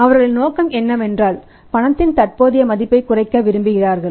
அவர்களின் நோக்கம் என்னவென்றால் பணத்தின் தற்போதைய மதிப்பைக் குறைக்க விரும்புகிறார்கள்